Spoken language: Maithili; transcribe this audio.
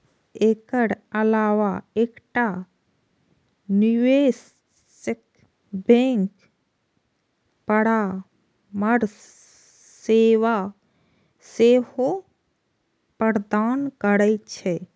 एकर अलावा एकटा निवेश बैंक परामर्श सेवा सेहो प्रदान करै छै